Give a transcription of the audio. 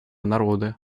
народы